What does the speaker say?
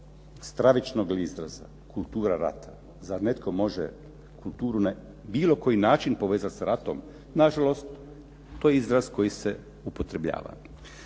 stravičnog li izraza, kultura rata. Zar netko može kulturu na bilo koji način povezati s ratom? Nažalost, to je izraz koji se upotrebljava.